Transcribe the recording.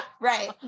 Right